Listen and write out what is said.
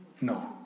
No